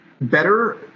better